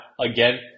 again